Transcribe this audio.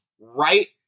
right